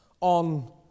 on